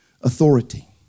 authority